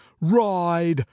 ride